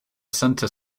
center